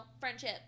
friendship